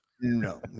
no